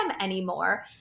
anymore